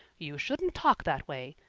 you shouldn't talk that way.